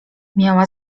miała